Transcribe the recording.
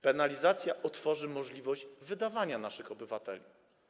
Penalizacja otworzy możliwość wydawania naszych obywateli.